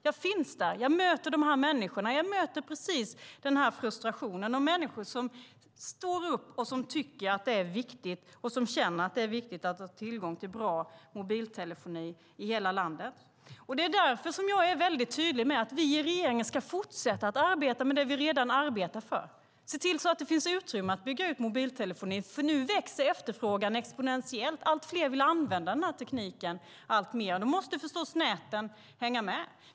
Jag finns där. Jag möter de här människorna. Jag möter precis den här frustrationen och människor som står upp och som tycker att det är viktigt att ha tillgång till bra mobiltelefoni i hela landet. Det är därför som jag är väldigt tydlig med att vi i regeringen ska fortsätta att arbeta med det vi redan arbetar för, att se till att det finns utrymme att bygga ut mobiltelefoni. Nu växer efterfrågan exponentiellt. Allt fler vill använda den här tekniken alltmer. Då måste förstås näten hänga med.